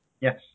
Yes